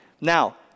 Now